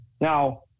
Now